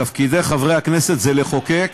תפקיד חברי הכנסת הוא לחוקק,